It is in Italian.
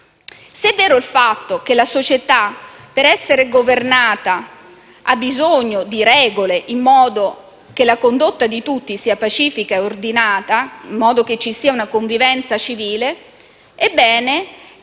Se è vero che la società, per essere governata, ha bisogno di regole, in modo che la condotta di tutti sia pacifica e ordinata, in modo che vi sia una convivenza civile, ebbene è anche